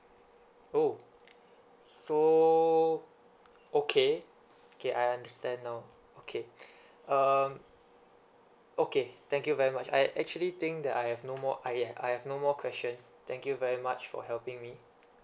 orh so okay okay I understand now okay um okay thank you very much I actually think that I have no more I've I have no more questions thank you very much for helping me